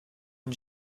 une